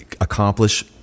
accomplish